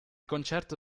concerto